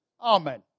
Amen